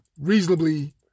reasonably